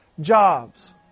jobs